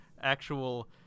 actual